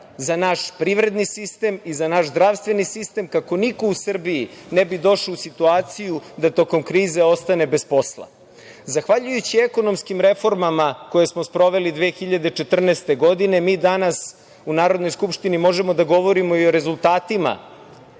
za naš privredni sistem i za naš zdravstveni sistem kako niko u Srbiji ne bi došao u situaciju da tokom krize ostane bez posla. Zahvaljujući ekonomskim reformama koje smo sproveli 2014. godine, mi danas u Narodnoj skupštini možemo da govorimo i o rezultatima